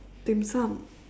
dim-sum